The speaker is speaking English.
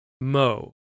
Mo